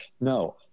No